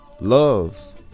loves